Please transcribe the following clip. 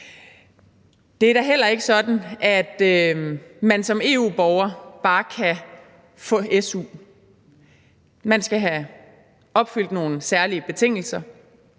Det er da heller ikke sådan, at man som EU-borger bare kan få su. Man skal have opfyldt nogle særlige betingelser